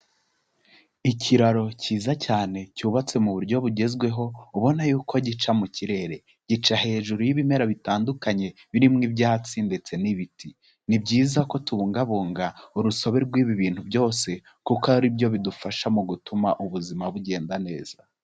Ikiraro cyiza cyane cyubatse mu buryo bugezweho ubona yuko gica mu kirere, gica hejuru y'ibimera bitandukanye birimo ibyatsi ndetse n'ibiti. Ni byiza ko tubungabunga urusobe rw'ibi bintu byose kuko ari byo bidufasha mu gutuma ubuzima bugenda neza.